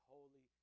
Holy